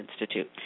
Institute